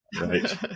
Right